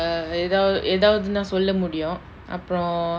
err எதாவது எதாவதுனா சொல்ல முடியு அப்ரோ:ethavathu ethavathuna solla mudiyu apro